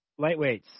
lightweights